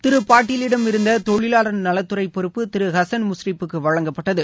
திரு பாட்டீலிடம் இருந்த தொழிலாளர் நலத்துறை பொறுப்பு திரு ஹசன் முஷ்ரிப்புக்கு வழங்கப்பட்டது